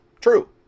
True